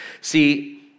See